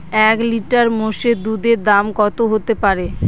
এক লিটার মোষের দুধের দাম কত হতেপারে?